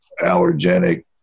allergenic